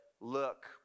look